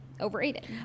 overrated